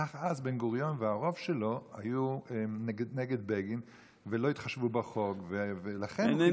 כך אז בן-גוריון והרוב שלו היו נגד בגין ולא התחשבו בחוק,